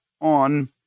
on